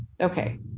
okay